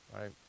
right